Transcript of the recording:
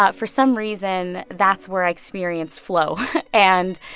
but for some reason, that's where i experienced flow and,